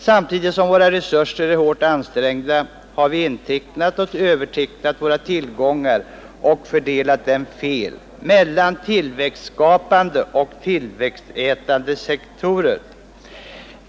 Samtidigt som våra resurser är hårt ansträngda har vi intecknat och övertecknat våra tillgångar och fördelat dem fel, mellan tillväxtskapande och tillväxtätande sektorer.